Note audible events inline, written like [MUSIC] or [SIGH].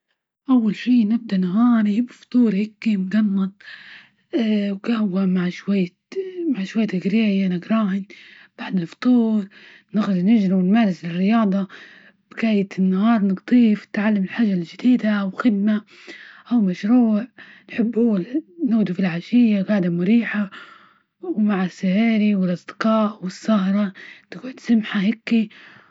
أول شي نبدأ نهاري بفطور هكي مجنط.، [HESITATION] وقهوة مع شوية- مع شوية جراية نجراهم بعد الفطور، نخرج نجري ونمارس الرياضة، نهاية النهار نقضية في تعلم الحاجة الجديدة وخدمة، أو مشروع يحبون نقعدوا بالعشية مريحة، ومع السهاري والأصدقاء والسهرة تقعد سمحة هكي.